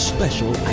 Special